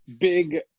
big